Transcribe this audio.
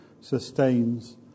sustains